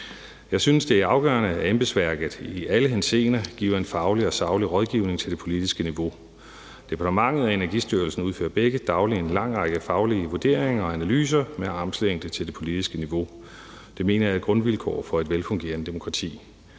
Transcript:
Jeg synes, det er afgørende, at embedsværket i alle henseender giver en faglig og saglig rådgivning til det politiske niveau. Departementet og Energistyrelsen udfører begge dagligt en lang række faglige vurderinger og analyser med armslængde til det politiske niveau. Det mener jeg er et grundvilkår for et velfungerende demokrati.